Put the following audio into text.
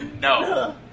No